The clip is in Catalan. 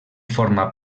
forma